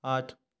आठ